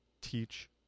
teach